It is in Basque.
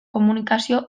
komunikazio